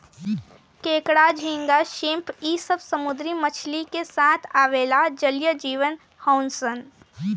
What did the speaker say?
केकड़ा, झींगा, श्रिम्प इ सब समुंद्री मछली के साथ आवेला जलीय जिव हउन सन